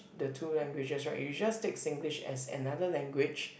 the two languages right you just take Singlish as another language